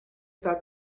thought